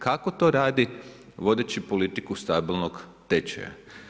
Kako to radi vodeći politiku stabilnog tečaja.